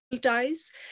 Ties